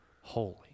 holy